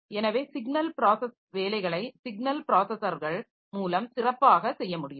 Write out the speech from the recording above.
எனவே signal process வேலைகளை signal ப்ராஸஸர்கள் மூலம் சிறப்பாக செய்ய முடியும்